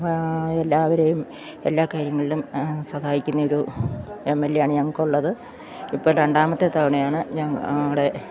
എല്ലാവരെയും എല്ലാ കാര്യങ്ങളിലും സഹായിക്കുന്ന ഒരു എം എൽ എ ആണ് ഞങ്ങൾക്ക് ഉള്ളത് ഇപ്പ രണ്ടാമത്തെ തവണയാണ് ഞങ്ങളുടെ